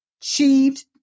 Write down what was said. achieved